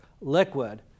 liquid